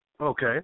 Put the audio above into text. Okay